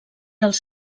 dels